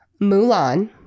mulan